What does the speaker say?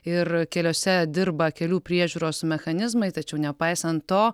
ir keliuose dirba kelių priežiūros mechanizmai tačiau nepaisant to